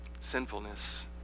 sinfulness